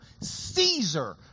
Caesar